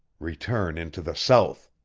return into the south.